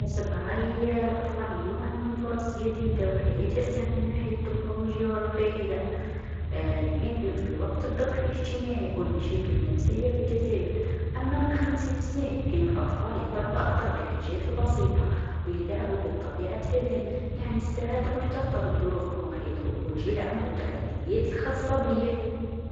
حسب رأيي الأطفال اليوم عندهم فرص جديده و حياة أسهل من حيث التكنولوجيا و الرفاهيه لكن في نفس الوقت الضغط الإجتماعي المشاكل النفسيه في تزايد، أما من خمسين سنة كانو الأطفال يفرحو أكثر بالحاجات البسيطه و يلعبو في الطبيعه بسلام يعني السعاده مرتطبه بالظروف المحيطه و كل جيل عندو التحديات الخاصه بيه.